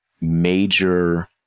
major